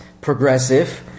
Progressive